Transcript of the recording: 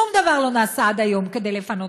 שום דבר לא נעשה עד היום כדי לפנותה,